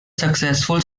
successful